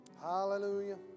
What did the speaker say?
Hallelujah